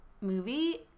movie